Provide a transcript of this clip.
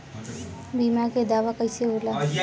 बीमा के दावा कईसे होला?